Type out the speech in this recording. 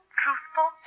truthful